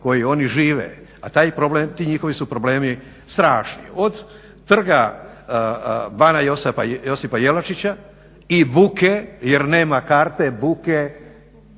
koji oni žive. A ti njihovi su problemi strašni. Od trga bana Josipa Jelačića i buke jer nema karte, buke,